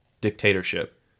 dictatorship